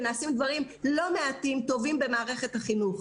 ויש לא מעט כאלה במערכת החינוך.